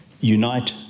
unite